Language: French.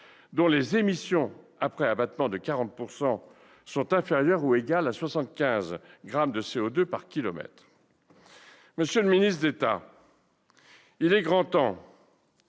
dont les émissions après abattement de 40 % sont inférieures ou égales à 75 grammes de CO2 par kilomètre. Monsieur le ministre d'État, il est grand temps,